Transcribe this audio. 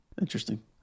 interesting